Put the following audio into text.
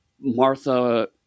Martha